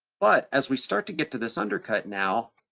but as we start to get to this undercut now,